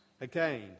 again